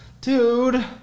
Dude